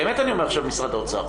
באמת אני אומר עכשיו משרד האוצר,